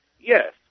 yes